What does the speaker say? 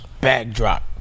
Backdrop